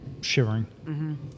shivering